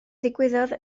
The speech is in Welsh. ddigwyddodd